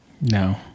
No